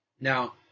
Now